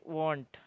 want